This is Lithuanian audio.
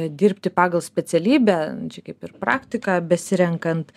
dirbti pagal specialybę čia kaip ir praktiką besirenkant